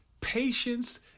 Patience